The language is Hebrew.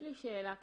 יש לי שאלה קטנה,